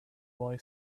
boy